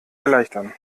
erleichtern